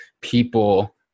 people